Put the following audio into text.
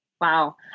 Wow